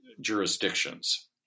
jurisdictions